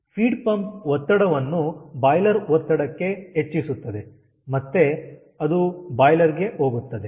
feed pump ಒತ್ತಡವನ್ನು boiler ಒತ್ತಡಕ್ಕೆ ಹೆಚ್ಚಿಸುತ್ತದೆ ಮತ್ತೆ ಅದು ಬಾಯ್ಲರ್ ಗೆ ಹೋಗುತ್ತದೆ